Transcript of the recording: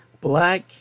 Black